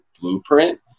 blueprint